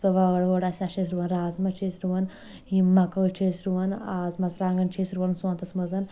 یُس پتہٕ وٲر وٲر آسہِ تتھ چھِ أسۍ رُوان رازما چھِ أسۍ رُوان یِم مکٲے چھِ أسۍ رُوان آز مژرٕوانٛگن چھِ أسۍ رُوان سونتس منٛزن